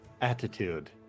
attitude